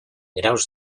graus